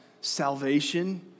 salvation